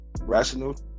Rational